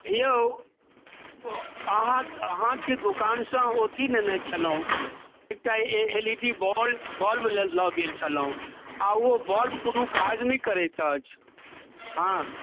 यौ अहाँके अहाँके दोकानसँ ओथी नेने छलहुँ एक टा L E D bulb bulb लऽ गेल छलहुँ आओर ओ बल्ब कोनो काज नहि करैत अछि हँ